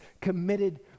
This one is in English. committed